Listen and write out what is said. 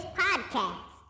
podcast